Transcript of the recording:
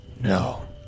No